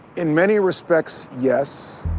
in many respects, yes.